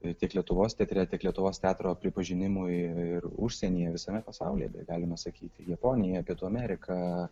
ir tiek lietuvos teatre tiek lietuvos teatro pripažinimui ir užsienyje visame pasaulyje galima sakyti japonija pietų ameriką